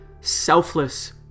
selfless